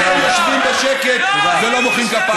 אתם יושבים בשקט ולא מוחאים כפיים?